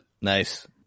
Nice